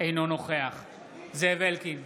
אינו נוכח זאב אלקין,